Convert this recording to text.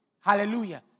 Hallelujah